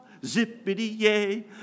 zippity-yay